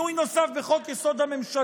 כי שומרים את התיק לשינוי נוסף בחוק-יסוד: הממשלה.